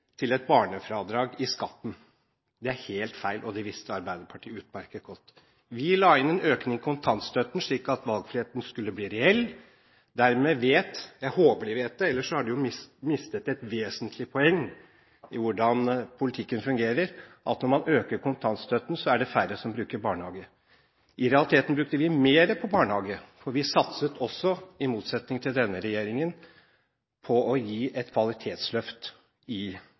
til et barnefradrag i skatten. Det var helt feil, og det visste Arbeiderpartiet utmerket godt. Vi la inn en økning i kontantstøtten slik at valgfriheten skulle bli reell. De vet – jeg håper de vet det, ellers har de jo mistet et vesentlig poeng i hvordan politikken fungerer – at når man øker kontantstøtten, så er det færre som bruker barnehage. I realiteten brukte vi mer på barnehage, og vi satset også – i motsetning til denne regjeringen – på å gi barnehagen et kvalitetsløft.